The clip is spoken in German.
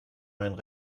meinen